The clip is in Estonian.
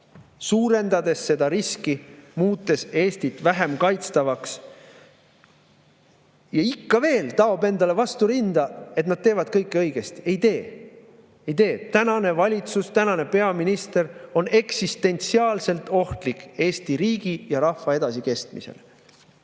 suurendanud seda riski, muutnud Eestit vähem kaitstavaks. Ja ikka veel taovad nad endale vastu rinda, et nad teevad kõike õigesti. Ei tee. Ei tee! Tänane valitsus, tänane peaminister on eksistentsiaalselt ohtlik Eesti riigi ja rahva edasikestmisele.